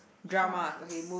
dramas